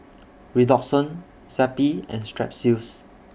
Redoxon Zappy and Strepsils